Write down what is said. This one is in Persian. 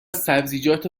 سبزیجات